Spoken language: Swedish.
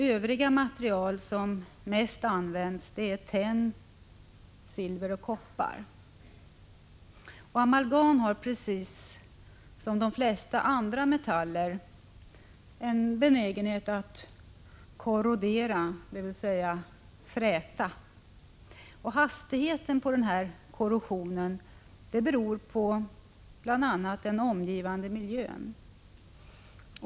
Övriga material som mest används är tenn, silver och koppar. Amalgam har, precis som de flesta andra metaller, en benägenhet att korrodera, dvs. fräta. Hastigheten på korrosionen beror bl.a. på den omgivande miljön.